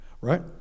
right